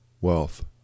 wealth